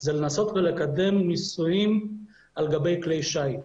זה לנסות לקדם נישואים על גבי כלי שיט.